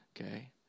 Okay